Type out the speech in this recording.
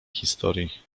historii